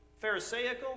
pharisaical